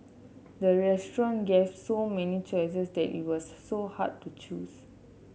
the restaurant gave so many choices that it was so hard to choose